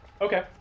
Okay